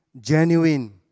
Genuine